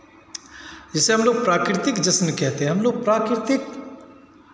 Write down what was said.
जिसे हमलोग प्राकृतिक जश्न कहते हैं प्रकृति